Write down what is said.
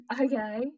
okay